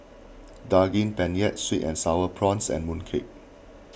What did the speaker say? Daging Penyet Sweet and Sour Prawns and Mooncake